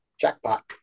jackpot